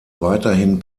weiterhin